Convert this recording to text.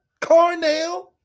Carnell